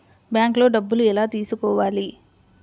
బ్యాంక్లో డబ్బులు ఎలా తీసుకోవాలి?